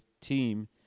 team